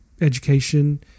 education